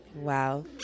wow